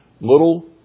Little